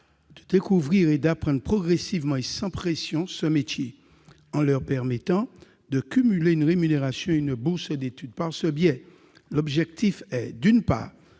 découvrir et apprendre progressivement et sans pression ce métier le cumul d'une rémunération et d'une bourse d'études. Par ce biais, l'objectif est, d'une part,